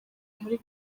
muri